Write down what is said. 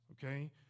Okay